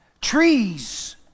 trees